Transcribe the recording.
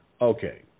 Okay